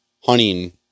hunting